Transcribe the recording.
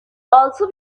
also